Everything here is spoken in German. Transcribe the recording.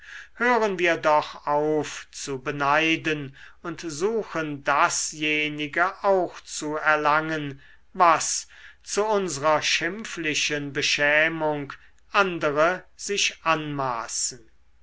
hören wir doch auf zu beneiden und suchen dasjenige auch zu erlangen was zu unsrer schimpflichen beschämung andere sich anmaßen